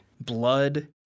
Blood